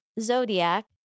Zodiac